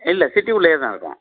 இல்லை சிட்டி உள்ளேயே தான் இருக்கேன்